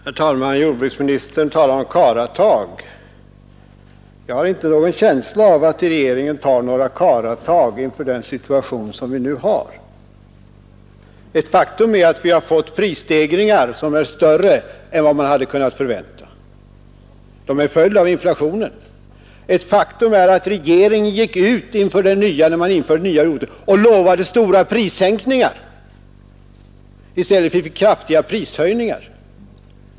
Herr talman! Jordbruksministern talade om karlatag. Jag har inte någon känsla av att regeringen tar några karlatag inför den situation som vi nu har. Ett faktum är att vi har fått prisstegringar som är större än vad man hade kunnat vänta. De är en följd av inflationen. Ett faktum är också att regeringen gick ut inför valet 1966 och lovade stora prissänkningar. I stället fick vi kraftiga prishöjningar.